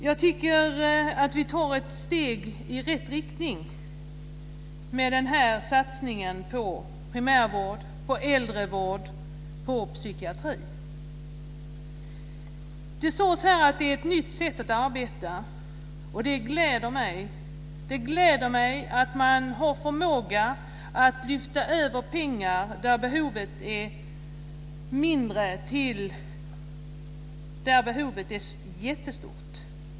Jag tycker att vi tar ett steg i rätt riktning med den här satsningen på primärvård, äldrevård och psykiatri. Det talades här om att detta är ett nytt sätt att arbeta och det gläder mig. Det gläder mig att man har förmåga att lyfta över pengar från där behoven är mindre till där behoven är jättestora.